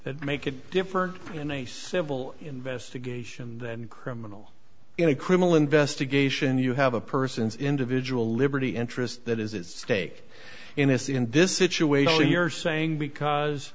that make it different in a civil investigation than criminal in a criminal investigation you have a person's individual liberty interest that is its stake in this in this situation you're saying because